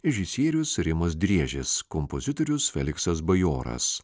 režisierius rimas driežis kompozitorius feliksas bajoras